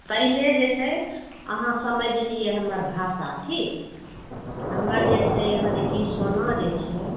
पहिले जे छै अहाँ समैझ लिऐ हमर भाषा ठीक हमर जे छै यहाँ जे कि सोना जे छै